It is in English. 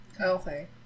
Okay